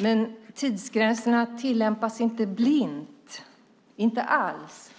Men tidsgränserna tillämpas inte blint, inte alls.